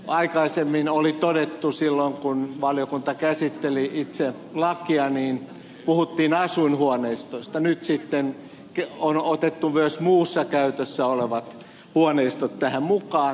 aikaisemmin silloin kun valiokunta käsitteli itse lakia puhuttiin asuinhuoneistoista nyt sitten on otettu myös muussa käytössä olevat huoneistot tähän mukaan